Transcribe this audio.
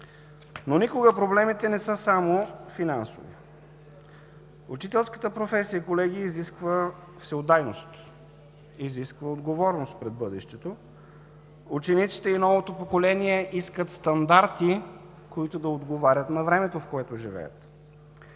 Но никога проблемите не са само финансови. Учителската професия, колеги, изисква всеотдайност, изисква отговорност пред бъдещето. Учениците и новото поколение искат стандарти, които да отговарят на времето, в което живеят.